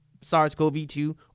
SARS-CoV-2